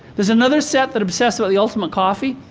there's another set that obsess about the ultimate coffee.